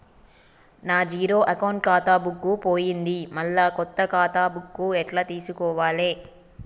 నా zero account ఖాతా book పోయింది మళ్ళా కొత్త ఖాతా బుక్కు ఎట్ల తీసుకోవాలే?